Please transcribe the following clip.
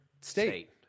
state